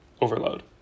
overload